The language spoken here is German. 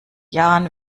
jahren